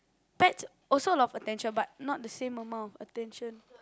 pets also a lot of attention but not the same amount of attention